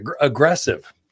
aggressive